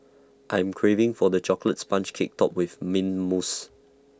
I am craving for the Chocolate Sponge Cake Topped with Mint Mousse